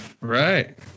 Right